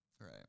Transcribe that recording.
right